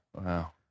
Wow